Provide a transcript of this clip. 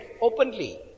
openly